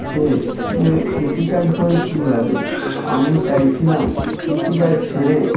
যে এ কৃষিকাজ করে কী হবে আমি চাইছিলাম কৃষিকাজ ছেড়ে